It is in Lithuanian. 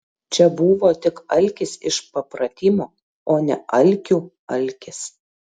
čia buvo tik alkis iš papratimo o ne alkių alkis